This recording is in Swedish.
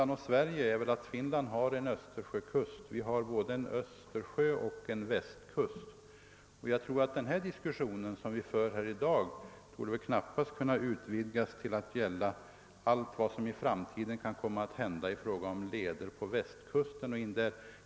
Herr talman! Den diskussion vi för i dag torde väl knappast kunna utvidgas till allt vad som i framtiden kan komma att hända på Västkustens sjöleder.